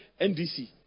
NDC